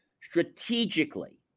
strategically